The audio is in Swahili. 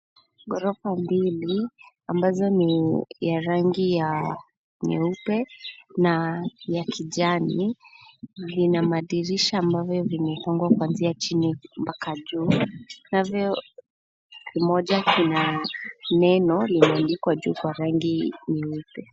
Ghorofa mbili, ambazo ni ya rangi ya nyeupe na ya kijani vina madirisha ambavyo vimefungwa kuanzia chini mpaka juu, navyo kimoja kina neno kimeandikwa juu kwa rangi nyeupe.